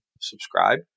subscribe